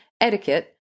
Etiquette